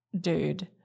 dude